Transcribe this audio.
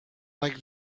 like